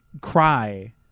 cry